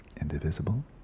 indivisible